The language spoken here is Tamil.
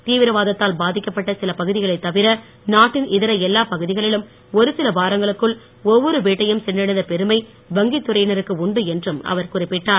தீவிரவாத்த்தில் பாதிக்கப்பட்ட சில பகுதிகளைத் தவிர நாட்டின் இதர எல்லாப் பகுதிகளிலும் ஓருசில வாரங்களுக்குள் ஒவ்வொரு வீட்டையும் சென்றடைந்த பெருமை வங்கித் துறையினருக்கு உண்டு என்றும் அவர் குறிப்பிட்டார்